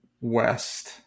West